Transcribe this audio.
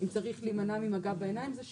אם צריך להימנע ממגע בעיניים זה שם.